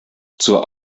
zur